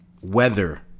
weather